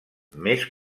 més